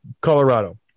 Colorado